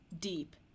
deep